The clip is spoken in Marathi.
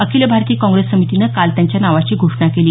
अखिल भारतीय काँग्रेस समितीनं काल त्यांच्या नावाची घोषणा केली